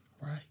Right